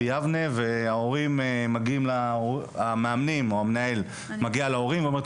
יבנה והמאמנים או המנהל מגיע להורים ואומר,